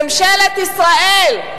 ממשלת ישראל,